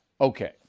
Okay